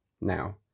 now